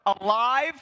alive